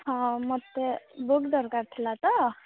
ହଁ ମୋତେ ବୁକ୍ ଦରକାର ଥିଲା ତ